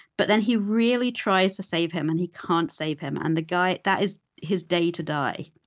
but then, he really tries to save him, and he can't save him. and the guy that is his day to die.